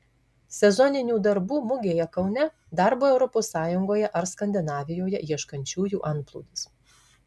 sezoninių darbų mugėje kaune darbo europos sąjungoje ar skandinavijoje ieškančiųjų antplūdis